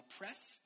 oppressed